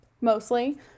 mostly